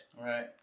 Right